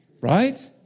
Right